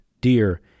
dear